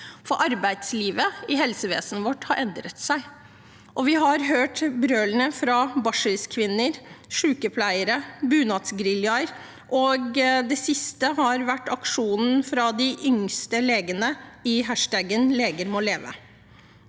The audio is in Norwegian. for arbeidslivet i helsevesenet vårt har endret seg. Vi har hørt brølene fra barselkvinner, sykepleiere og Bunadsgeriljaen. Det siste var aksjonen fra de yngste legene i #Legermåleve.